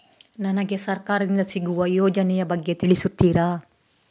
ನನಗೆ ಸರ್ಕಾರ ದಿಂದ ಸಿಗುವ ಯೋಜನೆ ಯ ಬಗ್ಗೆ ತಿಳಿಸುತ್ತೀರಾ?